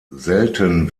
selten